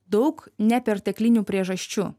daug neperteklinių priežasčių